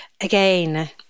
again